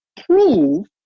prove